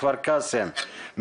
כפר קאסם,